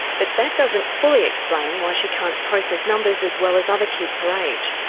but that doesn't fully explain why she can't process numbers as well as other kids her age.